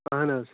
اہَن حظ